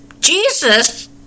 Jesus